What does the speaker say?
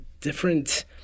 different